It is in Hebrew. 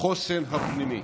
בחוסן הפנימי.